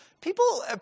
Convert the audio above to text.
People